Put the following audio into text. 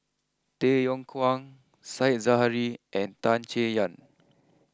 Tay Yong Kwang Said Zahari and Tan Chay Yan